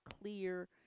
clear